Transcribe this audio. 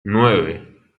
nueve